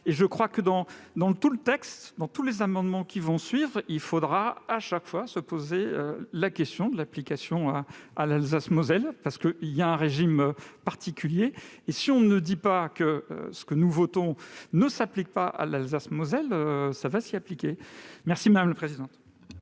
À mon sens, dans tout le texte, dans tous les amendements qui vont suivre, il faudra, chaque fois, se poser la question de l'application à l'Alsace-Moselle, où il y a un régime particulier. Si l'on ne dit pas que ce que nous votons ne s'applique pas à l'Alsace-Moselle, cela va s'y appliquer. La parole est